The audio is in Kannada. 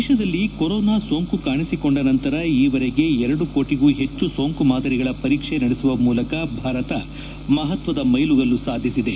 ದೇಶದಲ್ಲಿ ಕೊರೊನಾ ಸೋಂಕು ಕಾಣಿಸಿಕೊಂಡ ನಂತರ ಈವರೆಗೆ ಎರಡು ಕೋಟಗೂ ಪಜ್ಜು ಸೋಂಕು ಮಾದರಿಗಳ ಪರೀಕ್ಷೆ ನಡೆಸುವ ಮೂಲಕ ಭಾರತ ಮಪತ್ವದ ಮೈಲಿಗಲ್ಲು ಸಾಧಿಸಿದೆ